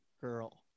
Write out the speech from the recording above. Girl